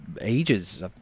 ages